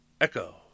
Echo